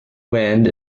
wind